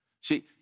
See